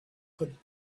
could